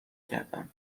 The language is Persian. کردم